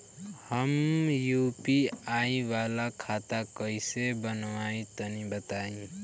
हम यू.पी.आई वाला खाता कइसे बनवाई तनि बताई?